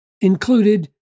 included